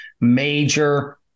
major